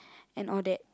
and all that